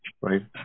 right